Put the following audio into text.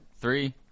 Three